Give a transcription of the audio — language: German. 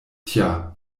tja